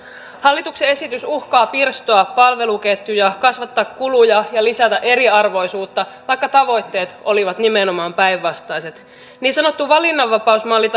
hallituksen esitys uhkaa pirstoa palveluketjua kasvattaa kuluja ja lisätä eriarvoisuutta vaikka tavoitteet olivat nimenomaan päinvastaiset niin sanottu valinnanvapausmalli